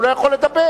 והוא לא יכול לדבר.